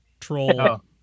troll